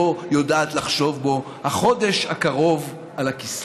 יודעת לחשוב בו: החודש הקרוב על הכיסא.